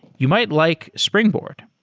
you might like springboard.